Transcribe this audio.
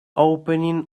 opening